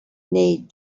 need